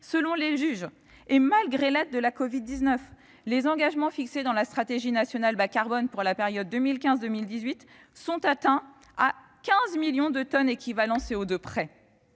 Selon les juges, et malgré l'aide de la covid-19, les engagements fixés dans la stratégie nationale bas-carbone pour la période 2015-2018 sont atteints à 15 millions de tonnes équivalent CO2 près.